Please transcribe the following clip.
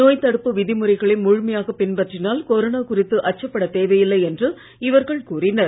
நோய்த் தடுப்பு விதிமுறைகளை முழுமையாகப் பின்பற்றினால் கொரோனா குறித்து அச்சப்படத் தேவையில்லை என்று இவர்கள் கூறினர்